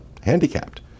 handicapped